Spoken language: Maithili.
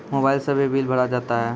मोबाइल से भी बिल भरा जाता हैं?